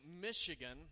Michigan